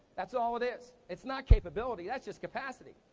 that's all it is. it's not capability, that's just capacity.